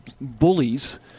bullies